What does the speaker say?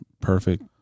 perfect